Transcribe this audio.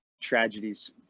tragedies